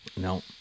No